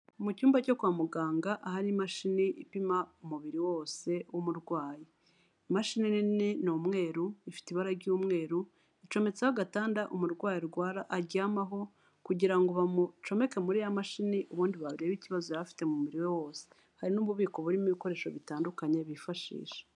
Mu cyumba cyo kwa muganga ahari imashini ipima umubiri wose w'umurwayi, imashini nini ni umweru ifite ibara ry'umweru, icometseho agatanda umurwayi arwara aryamaho kugira ngo bamucomeke muri ya mashini ubundi barebabe ikibazo yaba afite mu mu we wose, hari n'ububiko burimo ibikoresho bitandukanye bifashisha.